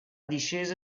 discesa